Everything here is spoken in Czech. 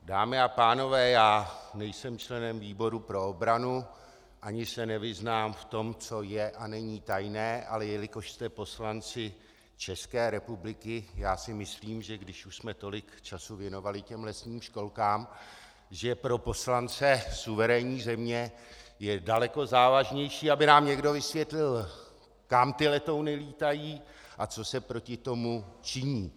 Dámy a pánové, já nejsem členem výboru pro obranu ani se nevyznám v tom, co je a co není tajné, ale jelikož jste poslanci České republiky, já si myslím, že když už jsme věnovali tolik času lesním školkám, že pro poslance suverénní země je daleko závažnější, aby nám někdo vysvětlil, kam ty letouny létají a co se proti tomu činí.